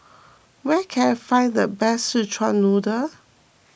where can I find the best Szechuan Noodle